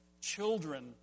children